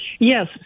Yes